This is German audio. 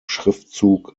schriftzug